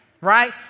right